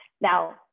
Now